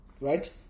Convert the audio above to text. right